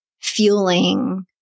fueling